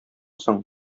соң